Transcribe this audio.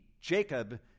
Jacob